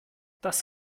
das